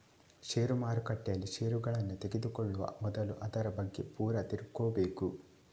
ಷೇರು ಮಾರುಕಟ್ಟೆಯಲ್ಲಿ ಷೇರುಗಳನ್ನ ತೆಗೆದುಕೊಳ್ಳುವ ಮೊದಲು ಅದರ ಬಗ್ಗೆ ಪೂರ ತಿಳ್ಕೊಬೇಕು